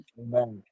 amen